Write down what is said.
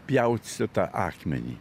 pjaustytą akmenį